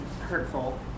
hurtful